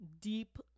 deep